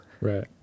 Right